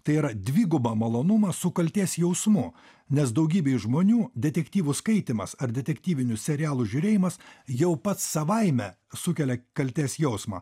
tai yra dvigubą malonumą su kaltės jausmu nes daugybei žmonių detektyvų skaitymas ar detektyvinių serialų žiūrėjimas jau pats savaime sukelia kaltės jausmą